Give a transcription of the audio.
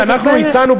אנחנו הצענו,